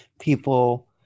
people